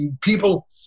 people